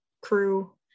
crew